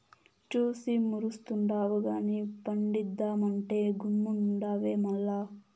చూసి మురుస్తుండావు గానీ పండిద్దామంటే గమ్మునుండావే మల్ల